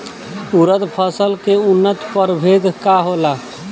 उरद फसल के उन्नत प्रभेद का होला?